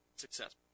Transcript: Successful